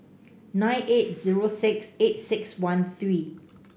nine eight zero six eight six one three